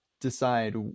decide